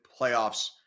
playoffs